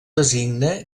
designa